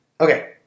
Okay